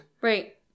Right